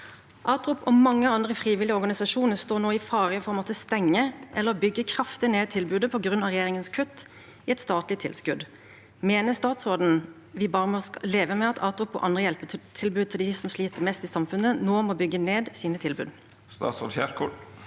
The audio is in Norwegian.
ATROP og mange andre frivillige organisasjoner står nå i fare for å måtte stenge eller bygge kraftig ned tilbudet på grunn av regjeringens kutt i statlige tilskudd. Mener statsråden vi bare må leve med at ATROP og andre hjelpetilbud til de som sliter mest i samfunnet, nå må bygge ned sine tilbud?»